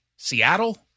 Seattle